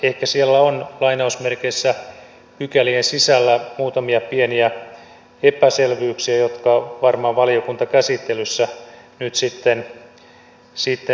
ehkä siellä on lainausmerkeissä pykälien sisällä muutamia pieniä epäselvyyksiä jotka varmaan valiokuntakäsittelyssä nyt sitten selvitetään